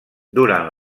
duran